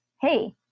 hey